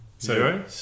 zero